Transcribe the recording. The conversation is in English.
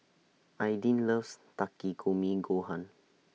Aydin loves Takikomi Gohan